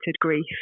grief